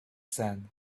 sand